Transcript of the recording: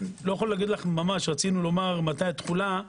רצינו לומר, מתי התחולה,